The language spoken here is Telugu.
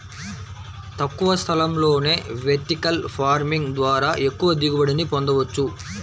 తక్కువ స్థలంలోనే వెర్టికల్ ఫార్మింగ్ ద్వారా ఎక్కువ దిగుబడిని పొందవచ్చు